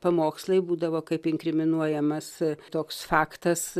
pamokslai būdavo kaip inkriminuojamas toks faktas